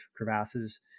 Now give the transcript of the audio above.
crevasses